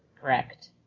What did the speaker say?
Correct